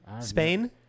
Spain